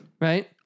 Right